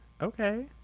Okay